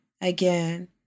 again